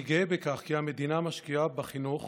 אני גאה בכך שהמדינה משקיעה בחינוך